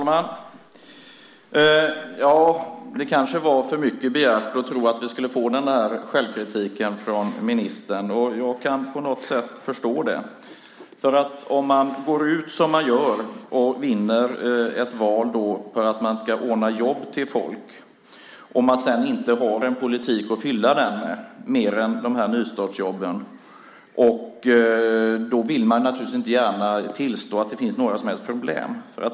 Herr talman! Det var kanske för mycket begärt att tro att vi skulle få höra ministern uttala självkritik. Jag kan på något sätt förstå det. Om man vinner ett val på att man ska ordna jobb åt folk, och man sedan inte har en politik att fylla ut med mer än nystartsjobben, vill man naturligtvis inte gärna tillstå att det finns några som helst problem.